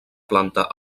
planta